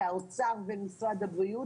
האוצר ומשרד הבריאות,